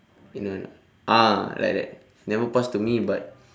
you know or not ah like that never pass to me but